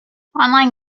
online